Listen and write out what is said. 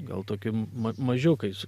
gal tokie ma mažiukais